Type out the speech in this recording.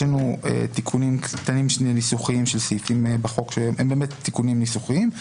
יש לנו תיקונים קטנים של ניסוחים של סעיפים בחוק שהם תיקונים ניסוחיים.